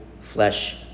flesh